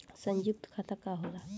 सयुक्त खाता का होला?